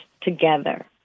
together